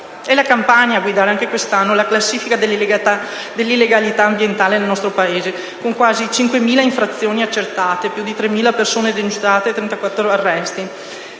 È la Campania a guidare anche quest'anno la classifica dell'illegalità ambientale nel nostro Paese, con quasi 5.000 infrazioni accertate, più di 3.000 persone denunciate e 34 arresti.